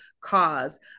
cause